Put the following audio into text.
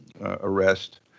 arrest